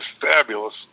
fabulous